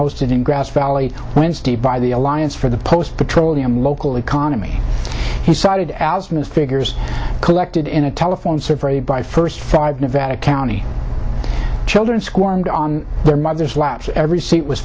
hosted in grass valley wednesday by the alliance for the post petroleum local economy he cited as ms figures collected in a telephone survey by first five nevada county children squirmed on their mother's laps every seat was